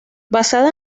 basada